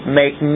make